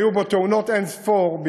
שהיו בו תאונות אין-ספור,